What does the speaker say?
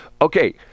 Okay